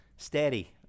Steady